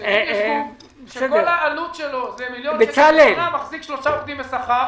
של מידע אודות קיום חקירה כנגד העמותה.